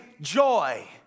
joy